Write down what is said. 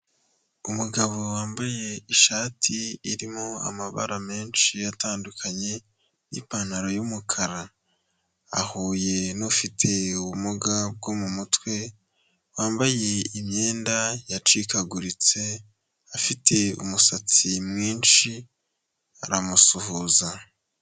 Umugabo wambaye ishati irimo amabara menshi atandukanye n'ipantaro y'umukara. Ahuye n'ufite ubumuga bwo mu mutwe, wambaye imyenda yacikaguritse, afite umusatsi mwinshi, aramusuhuza.